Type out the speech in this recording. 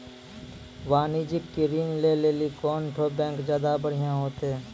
वाणिज्यिक ऋण लै लेली कोन ठो बैंक ज्यादा बढ़िया होतै?